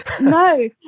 No